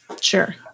Sure